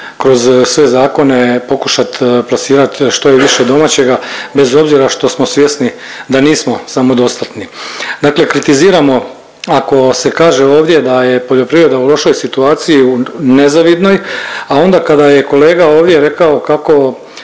kroz sve zakone pokušat plasirat što je više domaćega bez obzira što smo svjesni da nismo samodostatni. Dakle kritiziramo ako se kaže ovdje da je poljoprivreda u lošoj situaciji, u nezavidnoj, a onda kada je kolega ovdje rekao kako